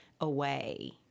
away